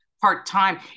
part-time